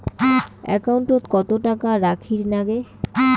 একাউন্টত কত টাকা রাখীর নাগে?